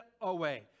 away